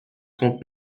comte